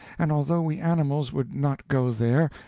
and although we animals would not go there,